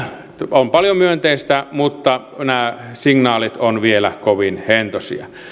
on paljon myönteistä mutta nämä signaalit ovat vielä kovin hentoisia